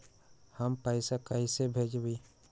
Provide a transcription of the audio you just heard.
हम पैसा कईसे भेजबई?